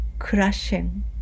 crushing